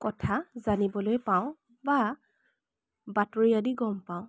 কথা জানিবলৈ পাওঁ বা বাতৰি আদি গম পাওঁ